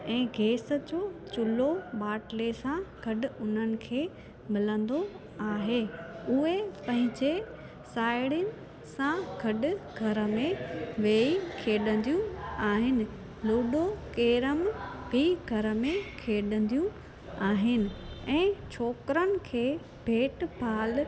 ऐं गेस जो चुल्हो ॿाटले सां गॾु उन्हनि खे मिलंदो आहे उहे पंहिंजे साहेड़ीनि सां गॾु घर में वेही खेॾंदियूं आहिनि लूडो केरम बि घर में खेॾंदियूं आहिनि ऐं छोकिरनि खे भेट भाल